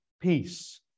peace